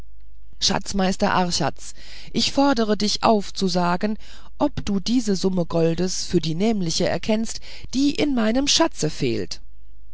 schatzmeister archaz ich fordre dich auf zu sagen ob du diese summe goldes für die nämliche erkennst die in meinem schatze fehlt